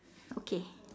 okay